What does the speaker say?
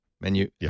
menu